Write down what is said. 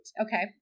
Okay